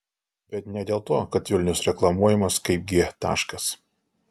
bet ne dėl to kad vilnius reklamuojamas kaip g taškas